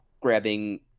grabbing